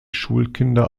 schulkinder